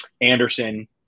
Anderson